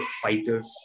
fighters